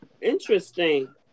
interesting